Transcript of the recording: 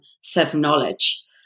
self-knowledge